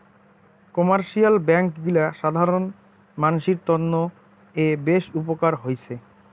commercial bank গিলা সাধারণ মানসির তন্ন এ বেশ উপকার হৈছে